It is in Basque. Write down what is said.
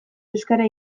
euskara